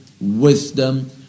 wisdom